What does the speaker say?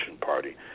party